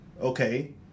okay